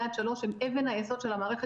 עד גיל שלוש הם אבן היסוד של המערכת,